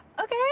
okay